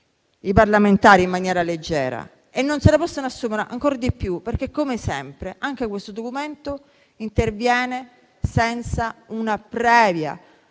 assumere in maniera leggera. E non se la possono assumere ancor di più perché, come sempre, anche questo documento interviene senza una previa,